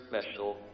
special